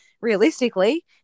realistically